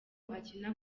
akina